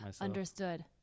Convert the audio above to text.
Understood